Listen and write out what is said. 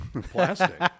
plastic